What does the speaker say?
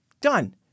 done